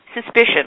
suspicion